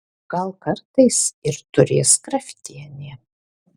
gal kartais ir turės kraftienė